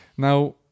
Now